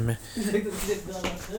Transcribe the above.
नही हवे।